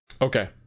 Okay